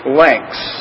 lengths